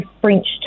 French